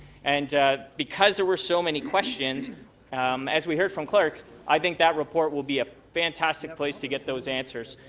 and because there were so many questions as we heard from clerks, i think that report will be a fantastic place to get those answers.